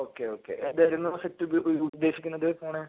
okay okay ഏതായിരുന്നു set ഉദ്ദേശിക്കുന്നത് phone